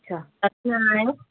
अच्छा